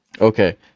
Okay